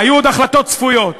והיו עוד החלטות צפויות,